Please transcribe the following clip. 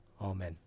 Amen